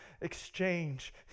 exchange